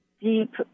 deep